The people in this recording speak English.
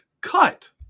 cut